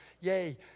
yay